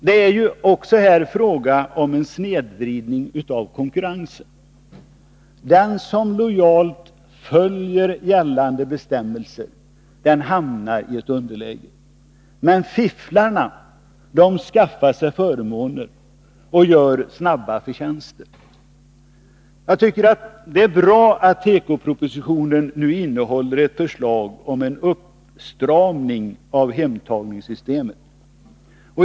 Här är det fråga om en snedvridning av konkurrensen: den som lojalt följer gällande bestämmelser hamnar i underläge — fifflarna skaffar-sig förmåner och gör snabba förtjänster. Det är därför bra att tekopropositionen innehåller ett förslag om en uppstramning av hemtagningssystemet.